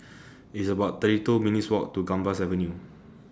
It's about thirty two minutes' Walk to Gambas Avenue